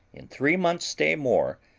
in three months' stay more,